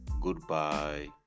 goodbye